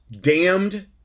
damned